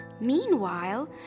Meanwhile